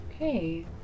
Okay